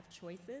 choices